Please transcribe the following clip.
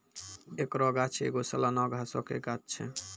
एकरो गाछ एगो सलाना घासो के गाछ छै